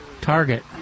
target